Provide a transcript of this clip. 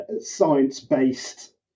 science-based